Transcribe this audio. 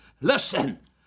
listen